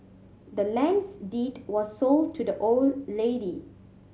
the land's deed was sold to the old lady